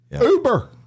Uber